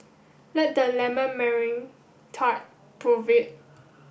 let the lemon meringue tart prove it